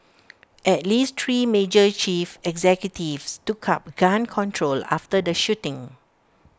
at least three major chief executives took up gun control after the shooting